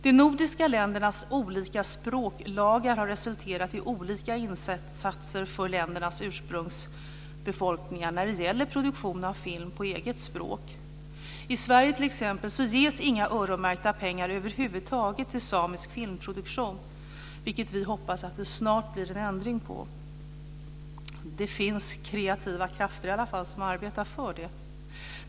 De nordiska ländernas olika språklagar har resulterat i olika insatser för ländernas ursprungsbefolkningar när det gäller produktion av film på eget språk. I Sverige t.ex. ges inga öronmärkta pengar över huvud taget till samisk filmproduktion, vilket vi hoppas att det snart blir en ändring på. Det finns i alla fall kreativa krafter som arbetar för det.